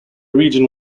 region